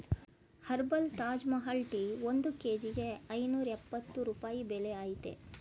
herbal Taj Mahal tea ಒಂದ್ ಕೇಜಿಗೆ ಐನೂರ್ಯಪ್ಪತ್ತು ರೂಪಾಯಿ ಬೆಲೆ ಅಯ್ತೇ